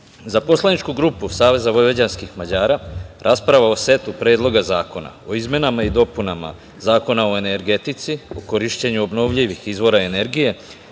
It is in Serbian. za poslaničku grupu SVM rasprava o setu predloga zakona o izmenama i dopunama Zakona o energetici, o korišćenju obnovljivih izvora energije,